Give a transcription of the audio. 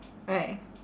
right